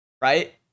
right